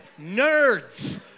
nerds